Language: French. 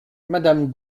madame